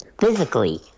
physically